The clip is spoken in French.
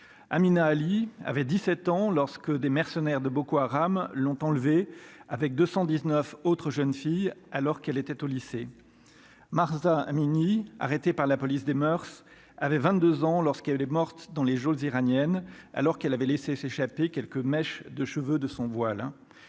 Amina Ali avait 17 ans lorsque des mercenaires de Boko Haram l'ont enlevé avec 219 autres jeunes filles alors qu'elle était au lycée Marzin un mini arrêté par la police des moeurs avait 22 ans lorsqu'elle est morte dans les geôles iraniennes alors qu'elle avait laissé s'échapper quelques mèches de cheveux de son voile